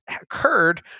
occurred